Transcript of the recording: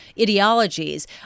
ideologies